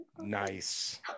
Nice